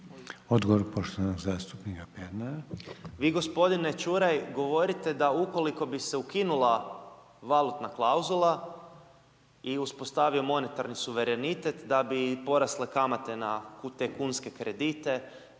Ivan (Živi zid)** Vi g. Čuraj govorite da ukoliko bi se ukinula valutna klauzula i uspostavio monetarni suverenitet, da bi porasle kamate na te kunske kredite,